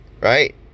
right